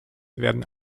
werden